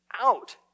out